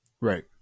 right